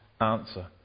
answer